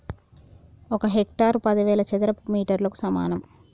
ఒక హెక్టారు పదివేల చదరపు మీటర్లకు సమానం